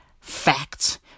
facts